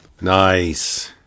Nice